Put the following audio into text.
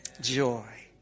Joy